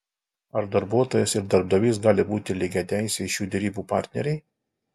ar darbuotojas ir darbdavys gali būti lygiateisiai šių derybų partneriai